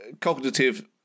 cognitive